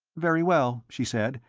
very well, she said,